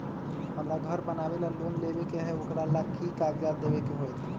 हमरा घर बनाबे ला लोन लेबे के है, ओकरा ला कि कि काग़ज देबे के होयत?